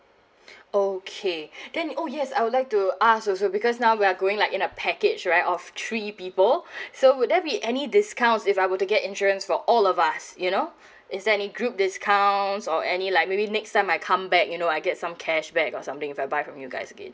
okay then oh yes I would like to ask also because now we are going like in a package right of three people so would there be any discounts if I were to get insurance for all of us you know is there any group discounts or any like maybe next time I come back you know I get some cash back or something if I buy from you guys again